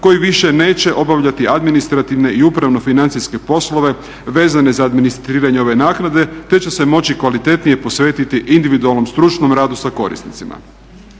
koji više neće obavljati administrativne i upravo financijske poslove vezane za administriranje ove naknade te će se moći kvalitetnije posvetiti individualnom stručnom radu sa korisnicima.